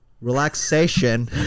relaxation